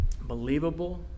believable